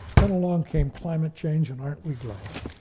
then along came climate change, and aren't we glad?